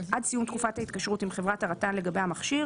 עד סיום תקופת ההתקשרות עם חברת הרט"ן לגבי המכשיר,